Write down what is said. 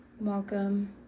Welcome